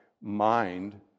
mind